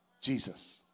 Jesus